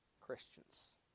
Christians